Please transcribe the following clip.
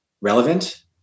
relevant